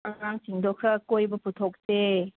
ꯑꯉꯥꯡꯁꯤꯡꯗꯣ ꯈꯔ ꯀꯣꯏꯕ ꯄꯨꯊꯣꯛꯁꯦ